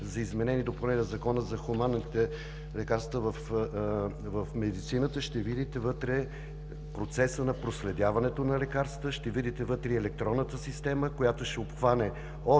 за изменение и допълнение на Закона за хуманните лекарства в медицината вътре, ще видите процеса на проследяването на лекарствата, ще видите и електронната система, която ще обхване от